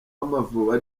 w’amavubi